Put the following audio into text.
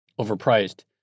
overpriced